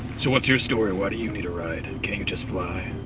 so what's your story? why do you need a ride? and can't you just fly?